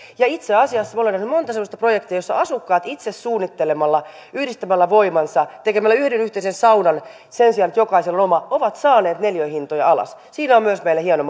itse asiassa minä olen nähnyt monta semmoista projektia jossa asukkaat itse suunnittelemalla yhdistämällä voimansa tekemällä yhden yhteisen saunan sen sijaan että jokaisella on oma ovat saaneet neliöhintoja alas siinä on myös meille hieno